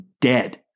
dead